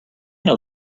know